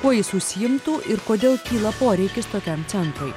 kuo jis užsiimtų ir kodėl kyla poreikis tokiam centrui